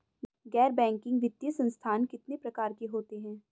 गैर बैंकिंग वित्तीय संस्थान कितने प्रकार के होते हैं?